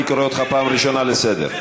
אני קורא אותך פעם ראשונה לסדר.